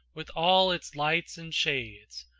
with all its lights and shades,